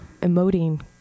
emoting